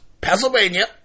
Pennsylvania